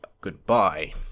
Goodbye